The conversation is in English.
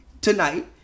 tonight